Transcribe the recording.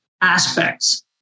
aspects